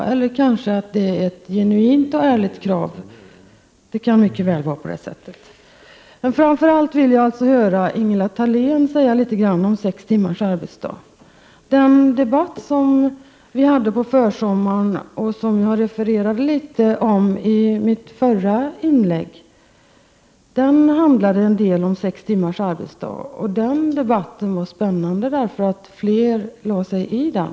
Detta är otroligt. Jag skulle vilja höra Ingela Thalén tala litet grand om sex timmars arbetsdag. Den debatt som vi hade på försommaren, och som jag refererade litet till i mitt förra inlägg, handlade en del om sex timmars arbetsdag. Den debatten var spännande eftersom flera lade sig i den.